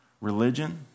religion